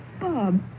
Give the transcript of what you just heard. Bob